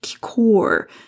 core